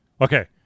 Okay